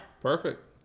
Perfect